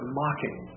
mocking